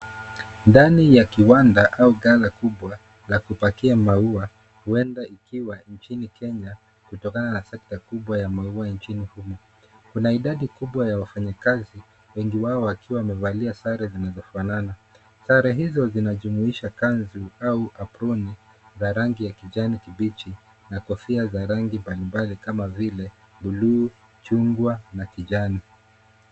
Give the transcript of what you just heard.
Ndani ya kiwanda au ghala kumbwa la kupakia maua huenda ikiwa nchini Kenya kutokana na sekta kubwa ya maua nchini humu. Kuna idadi kubwa ya wafanyikazi wengi wao wakiwa wamevalia sare zinazofanana. Sare hizo zinajumuisha kanzu au aproni ya rangi ya kijani kibichi na kofia za rangi mbalimbali kama vile bluu, chungwa na kijani.